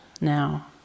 now